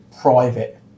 private